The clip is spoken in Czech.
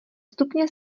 stupně